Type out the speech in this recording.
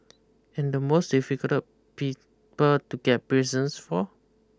and the most difficult people to get presents for